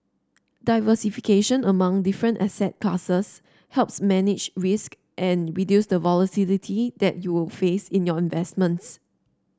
diversification among different asset classes helps manage risk and reduce the volatility that you will face in your investments